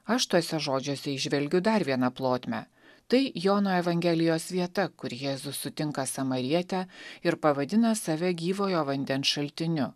aš tuose žodžiuose įžvelgiu dar viena plotmę tai jono evangelijos vieta kur jėzus sutinka samarietę ir pavadina save gyvojo vandens šaltiniu